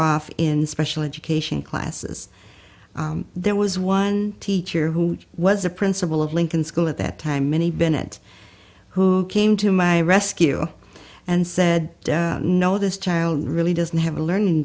off in special education classes there was one teacher who was a principal of lincoln school at that time many binet who came to my rescue and said no this child really doesn't have a learning